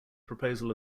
proposal